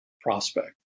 prospect